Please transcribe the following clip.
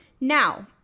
Now